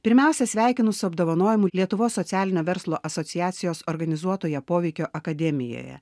pirmiausia sveikinu su apdovanojimu lietuvos socialinio verslo asociacijos organizuotoje poveikio akademijoje